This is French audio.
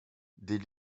des